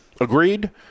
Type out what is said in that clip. agreed